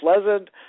pleasant